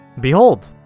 Behold